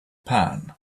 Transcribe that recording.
pan